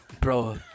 bro